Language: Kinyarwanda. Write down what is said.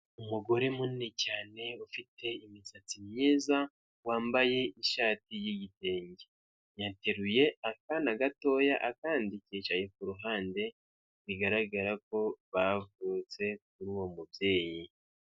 Umugore munini cyane ufite imisatsi myiza, wambaye ishati y'igitenge. yateruye akana gatoya, akandi kicaye ku ruhande, bigaragara ko bavutse kuri uwo mubyeyi.